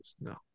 no